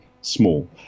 small